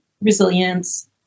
resilience